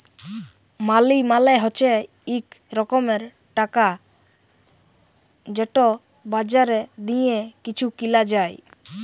মালি মালে হছে ইক রকমের টাকা যেট বাজারে দিঁয়ে কিছু কিলা যায়